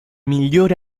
migliore